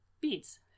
Beads